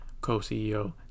Co-CEO